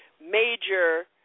major